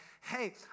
hey